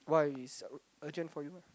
what is urgent for you